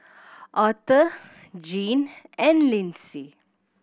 Author Gene and Linsey